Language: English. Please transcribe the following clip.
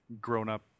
grown-up